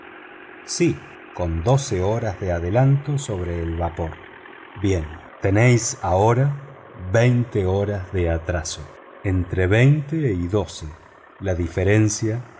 sí con doce horas de adelanto sobre el vapor bien tenéis ahora veinte horas de atraso entre veinte y doce la diferencia